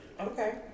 Okay